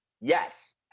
Yes